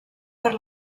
per